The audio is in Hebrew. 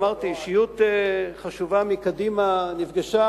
אמרתי, אישיות חשובה מקדימה נפגשה.